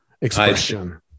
expression